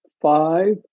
five